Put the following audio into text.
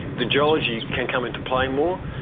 the geology can come into play more.